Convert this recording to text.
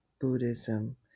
Buddhism